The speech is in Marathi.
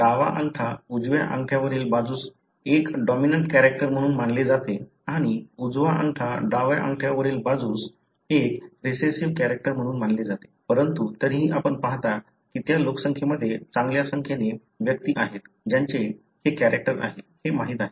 डावा अंगठा उजव्या अंगठ्या वरील बाजूस एक डॉमिनंट कॅरेक्टर म्हणून मानले जाते आणि उजवा अंगठा डाव्या अंगठ्या वरील बाजूस एक रिसेस्सीव्ह कॅरेक्टर म्हणून मानले जाते परंतु तरीही आपण पाहता की त्या लोकसंख्येमध्ये चांगल्या संख्येने व्यक्ती आहेत ज्यांचे हे कॅरेक्टर आहे हे माहित आहे